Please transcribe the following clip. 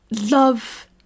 love